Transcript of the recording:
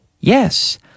Yes